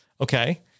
Okay